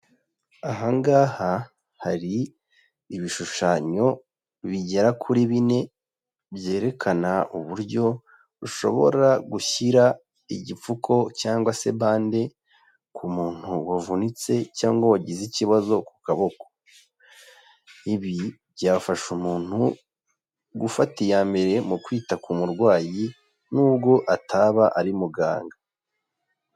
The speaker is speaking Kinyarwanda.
Ahangaha hari ibishushanyo bigera kuri bine byerekana uburyo ushobora gushyira igipfuko cyangwa se bande ku muntu wavunitse cyangwa wagize ikibazo ku kaboko. Ibi byafasha umuntu gufata iya mbere mu kwita ku murwayi nubwo ataba ari muganga.